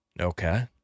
Okay